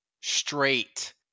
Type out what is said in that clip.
straight